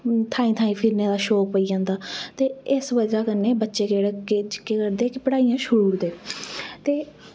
थाएं थाएं फिरने दा शौक होई जंदा ते इस बजह कन्नै बच्चे केह् करदे की पढ़ाई छोड़ी दिंदे ते